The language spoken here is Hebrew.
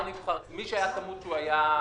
מי שהיה צמוד כשהוא היה פעיל,